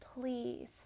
please